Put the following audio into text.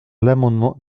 l’amendement